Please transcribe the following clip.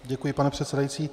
Děkuji, pane předsedající.